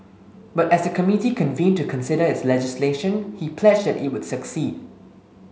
but as the committee convened to consider its legislation he pledged that it would succeed